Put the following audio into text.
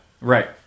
Right